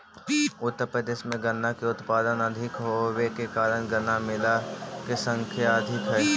उत्तर प्रदेश में गन्ना के उत्पादन अधिक होवे के कारण गन्ना मिलऽ के संख्या अधिक हई